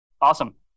Awesome